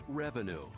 Revenue